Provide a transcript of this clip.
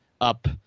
up